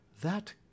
That